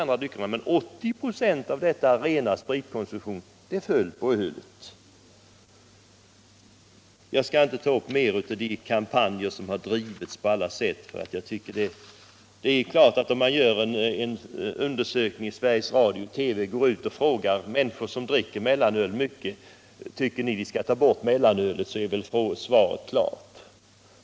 Bara 20 96 av ökningen kom från andra spritdrycker. Jag skall inte orda mer om de kampanjer som har drivits på detta området. Men om Sveriges Radio gör en undersökning på det sättet att TV-folk går ut och frågar människor som dricker mycket mellanöl: Tycker ni att vi skall ta bort mellanölet? så är ju svaret givet.